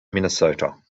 minnesota